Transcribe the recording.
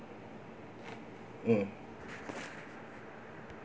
mm